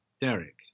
Derek